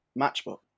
Matchbook